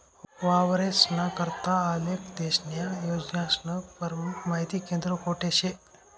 वावरेस्ना करता आखेल देशन्या योजनास्नं परमुख माहिती केंद्र कोठे शे?